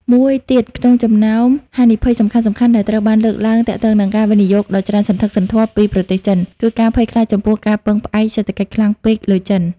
មួយទៀតក្នុងចំណោមហានិភ័យសំខាន់ៗដែលត្រូវបានលើកឡើងទាក់ទងនឹងការវិនិយោគដ៏ច្រើនសន្ធឹកសន្ធាប់ពីប្រទេសចិន គឺការភ័យខ្លាចចំពោះការពឹងផ្អែកសេដ្ឋកិច្ចខ្លាំងពេកលើចិន។